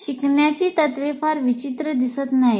शिकण्याची तत्त्वे फार विचित्र दिसत नाहीत